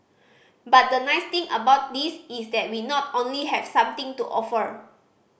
but the nice thing about this is that we not only have something to offer